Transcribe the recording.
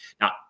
Now